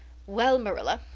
well, marilla,